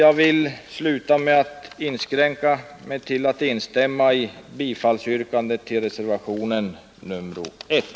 Jag skall inskränka mig till att instämma i bifallsyrkandet till reservationen 1.